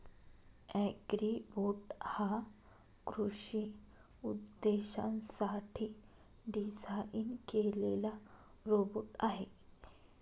Agribot हा कृषी उद्देशांसाठी डिझाइन केलेला रोबोट आहे